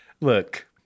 Look